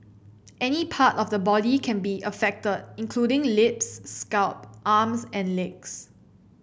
any part of the body can be affected including lips scalp arms and legs